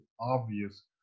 obvious